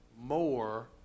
more